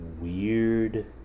weird